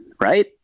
right